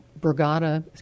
brigada